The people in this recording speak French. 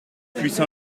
puisse